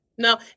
No